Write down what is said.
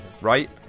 right